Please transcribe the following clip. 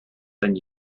than